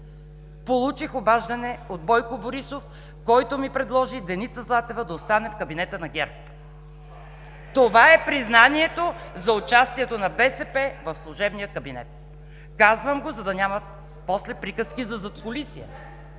Получих обаждане от Бойко Борисов, който предложи Деница Златева да остане в кабинета на ГЕРБ. (Възгласи: „Ееее!“ от ГЕРБ.) Това е признанието за участието на БСП в служебния кабинет! Казвам го, за да няма после приказки за задкулисие.